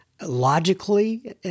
logically